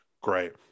Great